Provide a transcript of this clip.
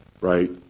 right